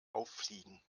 auffliegen